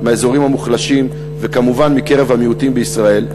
מהאזורים המוחלשים וכמובן מקרב המיעוטים בישראל,